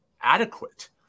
adequate